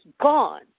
gone